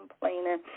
complaining